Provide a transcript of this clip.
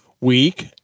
week